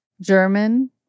German